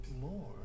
more